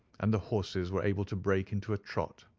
and the horses were able to break into a trot.